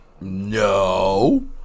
No